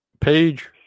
page